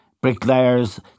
bricklayers